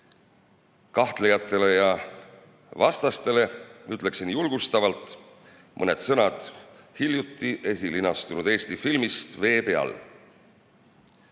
Kahtlejatele ja vastastele ütleksin julgustavalt mõned sõnad hiljuti esilinastunud Eesti filmist "Vee peal":